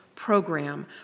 program